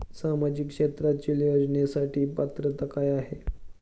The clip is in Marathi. सामाजिक क्षेत्रांतील योजनेसाठी पात्रता काय आहे?